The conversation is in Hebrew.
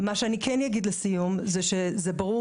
מה שאני כן אגיד לסיום הוא, שזה ברור